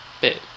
bit